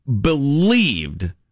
believed